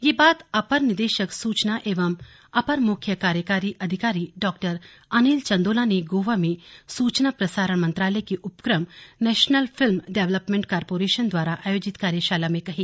ये बात अपर निदेशक सूचना एवं अपर मुख्य कार्यकारी अधिकारी डॉअनिल चन्दोला ने गोवा में सूचना प्रसारण मंत्रालय के उपक्रम नेशनल फिल्म डेवलपमेंट कारपोरेशन द्वारा आयोजित कार्यशाला में कही